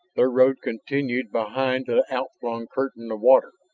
their road continued behind the out-flung curtain of water,